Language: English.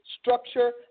structure